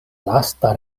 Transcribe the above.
lasta